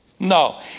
No